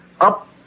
Up